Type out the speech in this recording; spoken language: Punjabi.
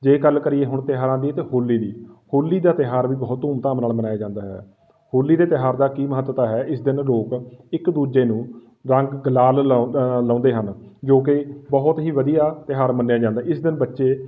ਜੇ ਗੱਲ ਕਰੀਏ ਹੁਣ ਤਿਉਹਾਰ ਦੀ ਅਤੇ ਹੋਲੀ ਦੀ ਹੋਲੀ ਦਾ ਤਿਉਹਾਰ ਵੀ ਬਹੁਤ ਧੂਮ ਧਾਮ ਨਾਲ ਮਨਾਇਆ ਜਾਂਦਾ ਹੈ ਹੋਲੀ ਦੇ ਤਿਉਹਾਰ ਦਾ ਕੀ ਮਹੱਤਤਾ ਹੈ ਇਸ ਦਿਨ ਲੋਕ ਇੱਕ ਦੂਜੇ ਨੂੰ ਰੰਗ ਗੁਲਾਲ ਲ ਲਾਉਂਦੇ ਹਨ ਜੋ ਕਿ ਬਹੁਤ ਹੀ ਵਧੀਆ ਤਿਉਹਾਰ ਮੰਨਿਆ ਜਾਂਦਾ ਇਸ ਦਿਨ ਬੱਚੇ